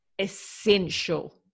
essential